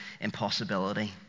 impossibility